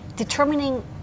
Determining